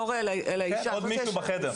עוד מישהו בחדר.